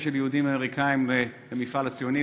של יהודים אמריקנים למפעל הציוני,